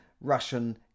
Russian